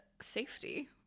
safety